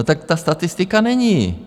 No tak ta statistika není.